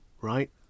right